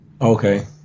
Okay